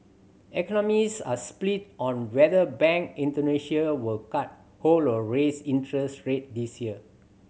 economists are split on whether Bank Indonesia will cut hold or raise interest rate this year